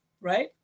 right